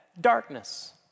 darkness